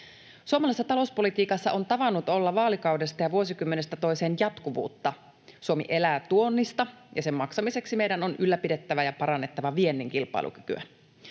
Suomalaisessa talouspolitiikassa on tavannut olla vaalikaudesta ja vuosikymmenestä toiseen jatkuvuutta. Suomi elää tuonnista, ja sen maksamiseksi meidän on ylläpidettävä ja parannettava viennin kilpailukykyä.